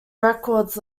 records